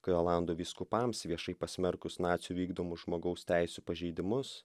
kai olandų vyskupams viešai pasmerkus nacių vykdomus žmogaus teisių pažeidimus